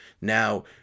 Now